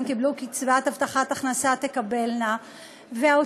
קיבלו קצבת הבטחת הכנסה תקבלנה אותה.